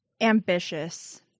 Ambitious